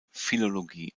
philologie